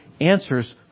answers